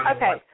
Okay